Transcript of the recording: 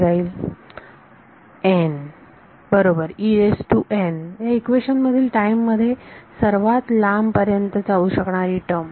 n बरोबर या equation मधील टाईम मध्ये सर्वात लांबपर्यंत जाऊ शकणारी टर्म